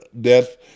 death